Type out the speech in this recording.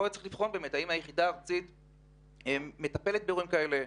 פה צריך לבחון האם היחידה הארצית מטפלת באירועים שכאלה,